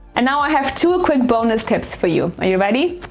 and now i have two quick bonus tips for you. are you ready?